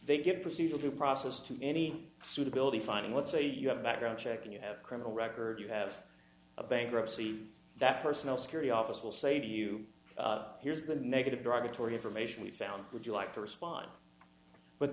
they get procedural due process to any suitability fine and let's say you have a background check and you have a criminal record you have a bankruptcy that personnel security office will say to you here's the negative derogatory information we found would you like to respond but